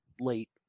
late